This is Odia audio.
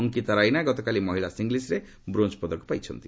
ଅଙ୍କିତା ରାଇନା ଗତକାଲି ମହିଳା ସିଙ୍ଗଲ୍ୱରେ ବ୍ରୋଞ୍ଜ ପଦକ ପାଇଛନ୍ତି